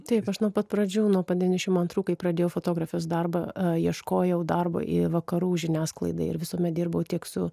taip aš nuo pat pradžių nuo pat devyniasdešimt antrų kai pradėjau fotografės darbą ieškojau darbo į vakarų žiniasklaidą ir visuomet dirbau tiek su